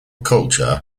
culture